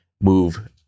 move